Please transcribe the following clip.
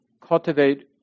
cultivate